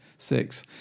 six